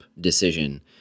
decision